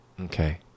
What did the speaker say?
Okay